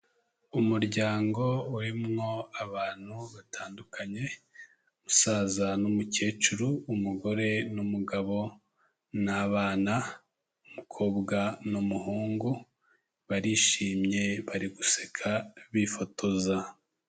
Umuryango urimwo abantu batandukanye, umusaza n'umukecuru, umugore n'umugabo n'abana, umukobwa n'umuhungu, barishimye bari guseka bifotoza.